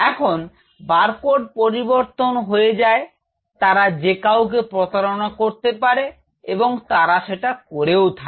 যখন বারকোড পরিবর্তন হয়ে যায় তারা যে কাউকে প্রতারণা করতে পারে এবং তারা সেটা করেও থাকে